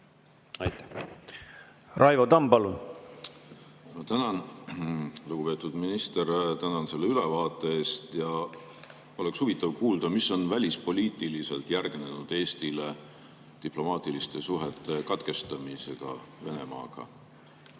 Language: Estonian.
Raivo Tamm, palun! Tänan! Lugupeetud minister, tänan selle ülevaate eest! Oleks huvitav kuulda, mis on välispoliitiliselt järgnenud Eestile diplomaatiliste suhete katkestamise järel Venemaaga.